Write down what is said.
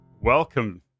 welcome